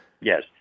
Yes